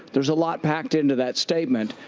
there's a lot packed into that statement.